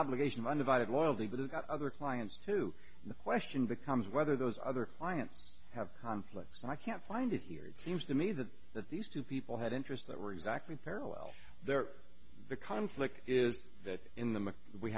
obligation one of out of loyalty but of other clients to the question becomes whether those other clients have conflicts and i can't find it here seems to me that that these two people had interests that were exactly parallel there the conflict is that in them we